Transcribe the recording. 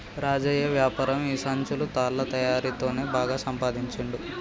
రాజయ్య వ్యాపారం ఈ సంచులు తాళ్ల తయారీ తోనే బాగా సంపాదించుండు